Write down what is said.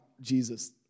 Jesus